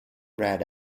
red